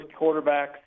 quarterbacks